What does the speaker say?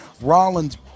Rollins